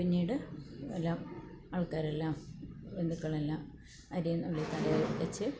പിന്നീട് എല്ലാം ആൾക്കാരെല്ലാം ബന്ധുക്കളെല്ലാം അരിയും നുള്ളി തലയിൽ വെച്ച്